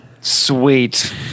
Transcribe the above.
Sweet